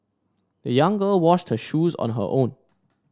the young girl washed her shoes on her own